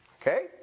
Okay